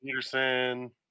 Peterson